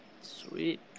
sweet